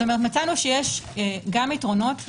כלומר מצאנו שיש גם יתרונות בכך,